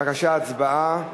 בבקשה, הצבעה,